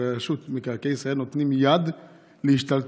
ורשות מקרקעי ישראל נותנים יד להשתלטות